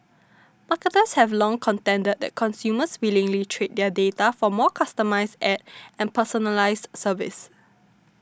marketers have long contended that consumers willingly trade their data for more customised ads and personalised services